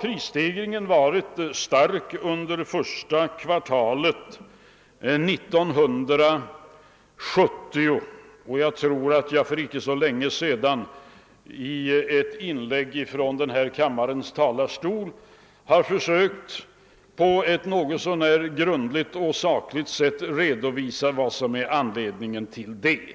Prisstegringen under första kvartalet 1970 har varit stark. Jag har för inte så länge sedan i ett inlägg från denna kammarens talarstol försökt att grundligt och sakligt redovisa anledningen härtill,